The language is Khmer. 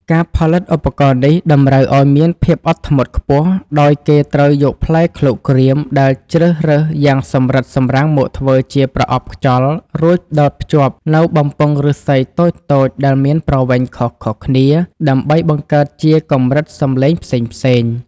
ការផលិតឧបករណ៍នេះតម្រូវឲ្យមានភាពអត់ធ្មត់ខ្ពស់ ដោយគេត្រូវយកផ្លែឃ្លោកក្រៀមដែលជ្រើសរើសយ៉ាងសម្រិតសម្រាំងមកធ្វើជាប្រអប់ខ្យល់ រួចដោតភ្ជាប់នូវបំពង់ឫស្សីតូចៗដែលមានប្រវែងខុសៗគ្នា ដើម្បីបង្កើតជាកម្រិតសម្លេងផ្សេងៗ។